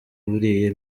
buriya